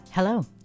Hello